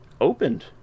opened